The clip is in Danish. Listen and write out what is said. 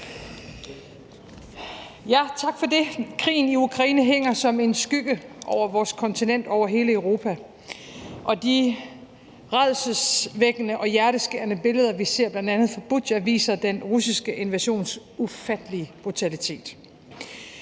(S): Tak for det. Krigen i Ukraine hænger som en skygge over vores kontinent, over hele Europa, og de rædselsvækkende og hjerteskærende billeder, vi ser bl.a. fra Butja, viser den russiske invasions ufattelige brutalitet.